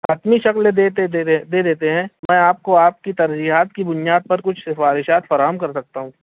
حتمی شکل دیتے دے دیتے ہیں میں آپ کو آپ کی ترجیحات کی بنیاد پر کچھ سفارشات فراہم کر سکتا ہوں